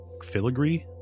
filigree